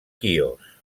quios